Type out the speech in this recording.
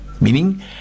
Meaning